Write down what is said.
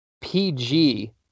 PG